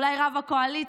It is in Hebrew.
אולי רב הקואליציה,